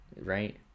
right